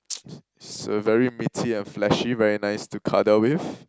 it's a very meaty and fleshy very nice to cuddle with